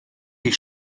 die